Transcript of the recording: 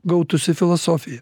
gautųsi filosofija